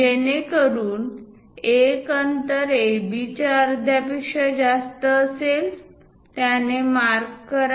जेणेकरून एक अंतर AB च्या अर्ध्यापेक्षा जास्त असेल त्याने आर्क मार्क करा